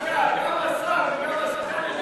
זחאלקה, גם הסגן וגם השר הם מטריפולי.